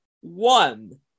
one